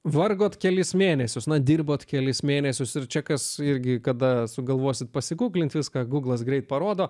vargote kelis mėnesius na dirbote kelis mėnesius ir čia kas irgi kada sugalvosite pasiguglinti viską guglas greit parodo